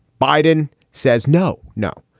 biden says, no, no,